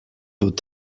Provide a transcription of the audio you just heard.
would